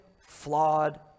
flawed